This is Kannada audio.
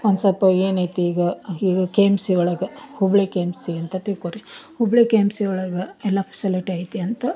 ಒಂದು ಸೊಲ್ಪ ಏನೈತಿ ಈಗ ಈಗ ಕೆ ಎಮ್ ಸಿ ಒಳಗೆ ಹುಬ್ಳಿ ಕೆ ಎಮ್ ಸಿ ಅಂತ ತಿಕ್ಕೋರಿ ಹುಬ್ಬಳ್ಳಿ ಕೆ ಎಮ್ ಸಿ ಒಳಗೆ ಎಲ್ಲ ಫೆಸಿಲಿಟಿ ಐತೆ ಅಂತ